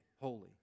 holy